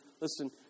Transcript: listen